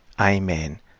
Amen